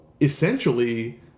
essentially